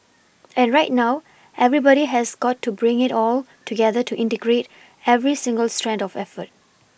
and right now everybody has got to bring it all together to integrate every single strand of effort